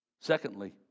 Secondly